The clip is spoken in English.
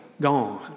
gone